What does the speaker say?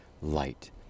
light